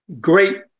great